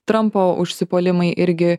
trampo užsipuolimai irgi